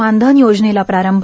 मानधन योजनेला प्रारंभ